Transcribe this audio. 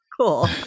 Cool